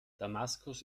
damaskus